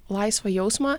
laisvą jausmą